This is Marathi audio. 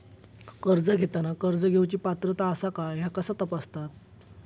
कर्ज घेताना कर्ज घेवची पात्रता आसा काय ह्या कसा तपासतात?